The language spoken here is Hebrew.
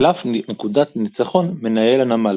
קלף נקודת ניצחון מנהל הנמל.